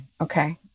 Okay